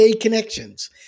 Connections